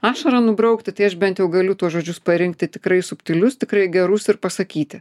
ašarą nubraukti tai aš bent jau galiu tuos žodžius parinkti tikrai subtilius tikrai gerus ir pasakyti